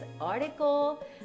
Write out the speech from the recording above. article